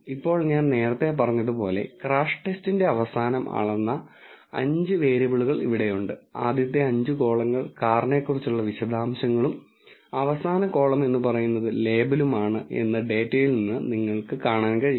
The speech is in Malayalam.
ഇപ്പോൾ ഞാൻ നേരത്തെ പറഞ്ഞതുപോലെ ക്രാഷ് ടെസ്റ്റിന്റെ അവസാനം അളന്ന 5 വേരിയബിളുകൾ ഇവിടെയുണ്ട് ആദ്യത്തെ അഞ്ച് കോളങ്ങൾ കാറിനെക്കുറിച്ചുള്ള വിശദാംശങ്ങളും അവസാന കോളം എന്ന് പറയുന്നത് ലേബലുമാണ് എന്ന് ഡേറ്റയിൽനിന്നും നിങ്ങൾക്ക് കാണാൻ കഴിയും